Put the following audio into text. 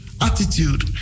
attitude